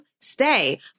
stay